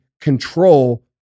control